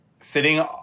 sitting